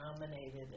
nominated